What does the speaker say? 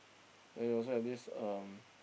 then also have this um